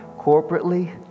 corporately